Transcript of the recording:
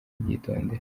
kubyitondera